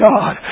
God